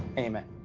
amen.